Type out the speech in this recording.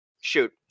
Shoot